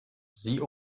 sie